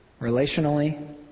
relationally